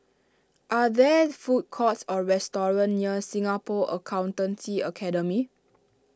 are there food courts or restaurants near Singapore Accountancy Academy